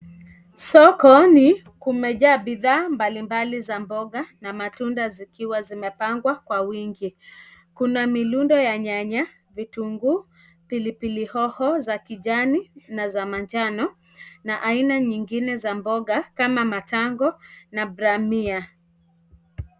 Sokoni kumejaa bidhaa mbalimbali za mboga na matunda zikiwa zimepangwa kwa wingi, kuna mirundo ya nyanya, vitunguu, pilipili hoho za kijani na za manjano na aina nyingine za mboga kama vile matango na bramia.